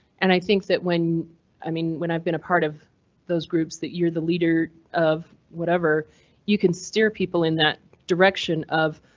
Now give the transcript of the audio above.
and i think that when i mean when i've been apart of those groups that you're the leader of whatever you can steer people in that direction of,